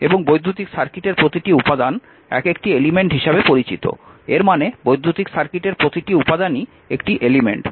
এবং বৈদ্যুতিক সার্কিটের প্রতিটি উপাদান এক একটি এলিমেন্ট হিসাবে পরিচিত এর মানে বৈদ্যুতিক সার্কিটের প্রতিটি উপাদানই একটি এলিমেন্ট